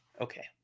Okay